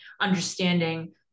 understanding